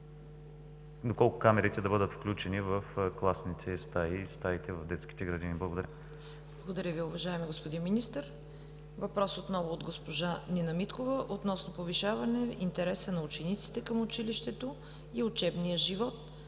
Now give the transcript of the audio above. доколко камерите да бъдат включени в класните стаи и стаите в детските градини. Благодаря. ПРЕДСЕДАТЕЛ ЦВЕТА КАРАЯНЧЕВА: Благодаря Ви, уважаеми господин Министър. Въпрос отново от госпожа Нина Миткова относно повишаване интереса на учениците към училището и учебния живот,